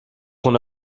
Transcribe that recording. qu’on